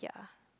yeah